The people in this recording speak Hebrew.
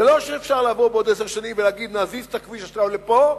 זה לא שאפשר לבוא בעוד עשר שנים ולהגיד: נזיז את הכביש עכשיו לפה,